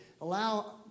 Allow